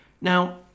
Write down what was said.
Now